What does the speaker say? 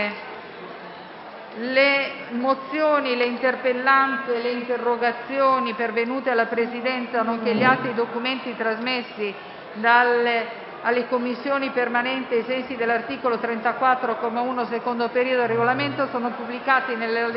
Le mozioni, le interpellanze e le interrogazioni pervenute alla Presidenza, nonché gli atti e i documenti trasmessi alle Commissioni permanenti ai sensi dell'articolo 34, comma 1, secondo periodo, del Regolamento sono pubblicati nell'allegato B